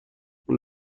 اون